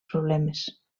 problemes